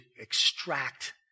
extract